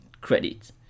credit